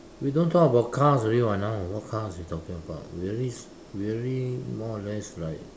we don't talk about cars already [what] now what cars you talking about we already we already more or less like